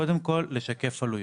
קודם כל לשקף עלויות.